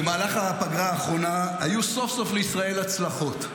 במהלך הפגרה האחרונה היו סוף-סוף לישראל הצלחות.